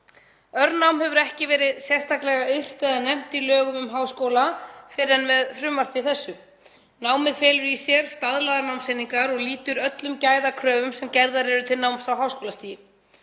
Örnám hefur ekki verið sérstaklega yrt eða nefnt í lögum um háskóla fyrr en með frumvarpi þessu. Námið felur í sér staðlaðar námseiningar og lýtur öllum gæðakröfum sem gerðar eru til náms á háskólastigi.